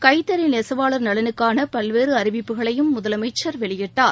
கைத்தறி நெசவாளா் நலனுக்கான பல்வேறு அறிவிப்புகளையும் முதலமைச்சா் வெளியிட்டார்